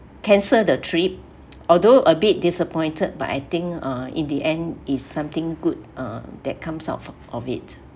cancel the trip although a bit disappointed but I think uh in the end is something good uh that comes out from from it